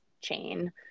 chain